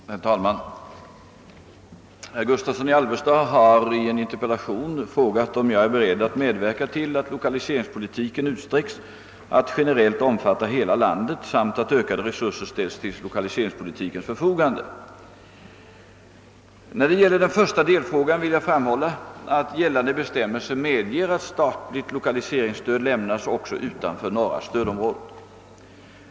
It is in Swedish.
Herr talman! Herr Gustavsson i Alvesta har frågat mig, om jag är beredd att medverka till att lokaliseringspolitiken utsträcks att generellt omfatta hela landet samt att ökade resurser ställs till lokaliseringspolitikens förfogande. När det gäller den första delfrågan vill jag framhålla, att gällande bestämmelser medger att statligt lokaliseringsstöd lämnas också utanför norra stödområdet.